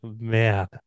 man